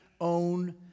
own